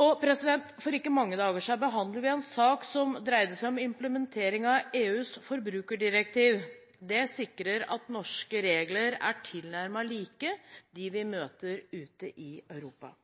For ikke mange dager siden behandlet vi en sak som dreide seg om implementering av EUs forbrukerdirektiv. Det sikrer at norske regler er tilnærmet like dem vi møter ute i Europa.